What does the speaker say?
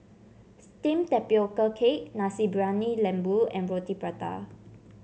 steamed Tapioca Cake Nasi Briyani Lembu and Roti Prata